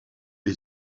est